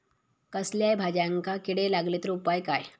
कसल्याय भाजायेंका किडे लागले तर उपाय काय?